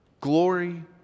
Glory